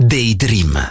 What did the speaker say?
Daydream